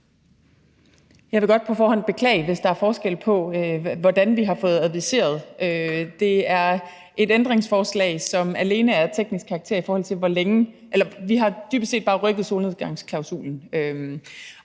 Jeg vil godt på forhånd beklage, hvis der er forskel på, hvordan vi har fået adviseret om det. Det er et ændringsforslag, som alene er af teknisk karakter. Vi har dybest set bare rykket solnedgangsklausulen.